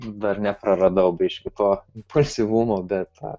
dar nepraradau biškį to pasyvumo bet